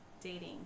dating